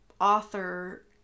author